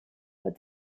but